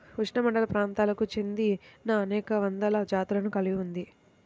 ఉష్ణమండలప్రాంతాలకు చెందినఅనేక వందల జాతులను కలిగి ఉంది